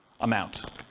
amount